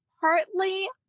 Partly